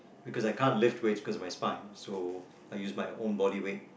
because I can't lift weights because of my spine so I use my own body weight